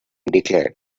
declared